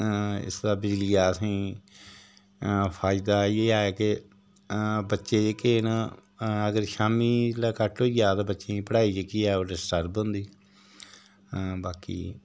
इस बिजलियै दा असेंगी फायदा इयै ऐ के बच्चे जेह्के न अगर शामी लै कट होई गेआ ता बच्चें दी पढ़ाई जेह्की ऐ ओह् डिस्टर्ब होंदी बाकी